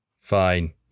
fine